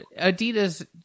Adidas